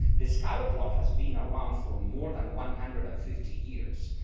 the scatterplot has been around for more than one hundred and fifty years.